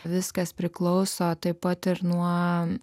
viskas priklauso taip pat ir nuo